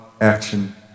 action